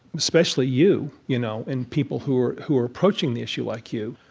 especially you you know and people who are who are approaching the issue like you,